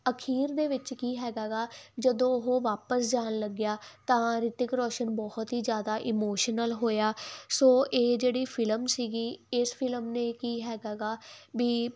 ਅਖੀਰ ਦੇ ਵਿੱਚ ਕੀ ਹੈਗਾ ਜਦੋਂ ਉਹ ਵਾਪਸ ਜਾਣ ਲੱਗਿਆ ਤਾਂ ਰਿਤਿਕ ਰੌਸ਼ਨ ਬਹੁਤ ਹੀ ਜਿਆਦਾ ਇਮੋਸ਼ਨਲ ਹੋਇਆ ਸੋ ਇਹ ਜਿਹੜੀ ਫਿਲਮ ਸੀ ਇਸ ਫਿਲਮ ਨੇ ਕੀ ਹੈਗਾ ਬੀ ਬਹੁਤ ਹੀ